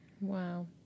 Wow